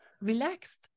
relaxed